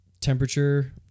temperature